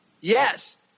Yes